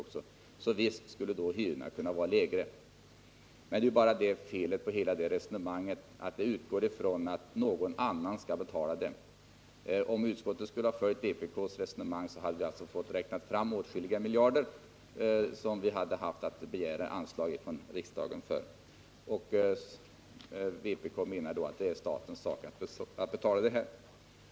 Men hela detta resonemang har ju det felet att det grundar sig på att någon annan skall betala. Om utskottet skulle ha anslutit sig till vpk:s resonemang, skulle utskottet ha varit tvunget att av riksdagen begära ett anslag på åtskilliga miljarder kronor. Vpk menar ju att det är statens sak att betala.